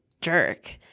jerk